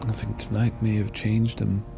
think tonight may have changed him.